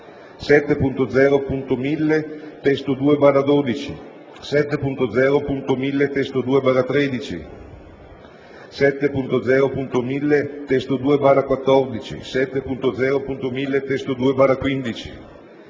7.0.1000 (testo 2)/12, 7.0.1000 (testo 2)/13, 7.0.1000 (testo 2)/14, 7.0.1000 (testo 2)/15,